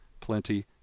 plenty